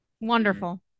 wonderful